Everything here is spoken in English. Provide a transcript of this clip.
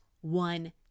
one